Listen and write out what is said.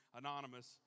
anonymous